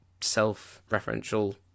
self-referential